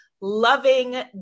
loving